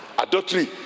Adultery